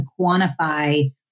quantify